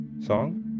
song